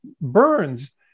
burns